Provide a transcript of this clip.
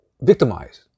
victimized